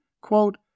Quote